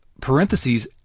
parentheses